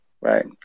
right